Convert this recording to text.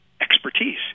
expertise